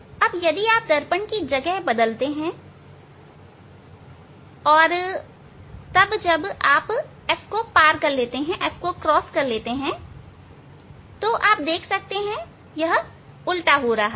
अब यदि आप दर्पण की जगह को बदलते हैं और तब जब आप f को पार कर लेते हैं आप देख सकते हैं कि यह उल्टा हो रहा है